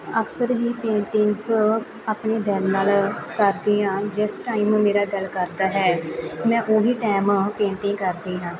ਅਕਸਰ ਹੀ ਪੇਂਟਿੰਗਸ ਆਪਣੇ ਦਿਲ ਨਾਲ ਕਰਦੀ ਹਾਂ ਜਿਸ ਟਾਈਮ ਮੇਰਾ ਦਿਲ ਕਰਦਾ ਹੈ ਮੈਂ ਉਹ ਹੀ ਟਾਈਮ ਪੇਂਟਿੰਗ ਕਰਦੀ ਹਾਂ